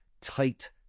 tight